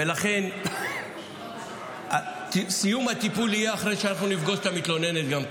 ולכן סיום הטיפול יהיה אחרי שאנחנו נפגוש גם את המתלוננת.